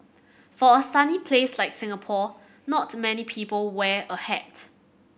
for a sunny place like Singapore not many people wear a hat